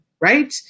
right